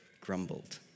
grumbled